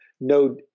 No